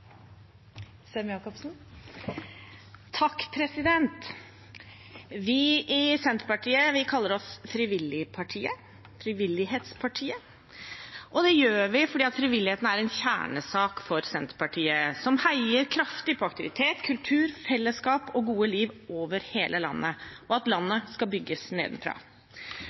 en kjernesak for Senterpartiet, som heier kraftig på aktivitet, kultur, fellesskap og godt liv over hele landet, og på at landet skal bygges nedenfra.